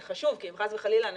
זה חשוב כי אם חס וחלילה אנשים,